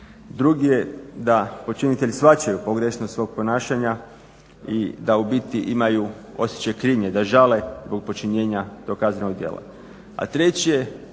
Drugi je da počinitelji shvaćaju pogrešnost svog ponašanja i da u biti imaju osjećaj krivnje da žale zbog počinjenja tog kaznenog djela.